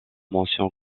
mention